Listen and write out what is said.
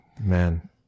man